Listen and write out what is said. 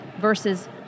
versus